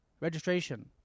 registration